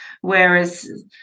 Whereas